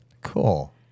Cool